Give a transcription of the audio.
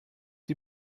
die